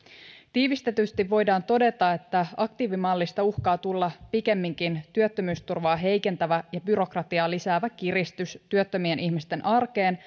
tiivistetysti voidaan todeta että aktiivimallista uhkaa tulla pikemminkin työttömyysturvaa heikentävä ja byrokratiaa lisäävä kiristys työttömien ihmisten arkeen